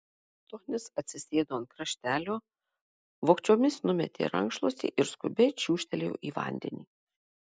tonis atsisėdo ant kraštelio vogčiomis numetė rankšluostį ir skubiai čiūžtelėjo į vandenį